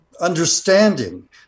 understanding